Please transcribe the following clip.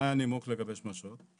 מה היה הנימוק לגבי שמשות?